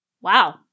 Wow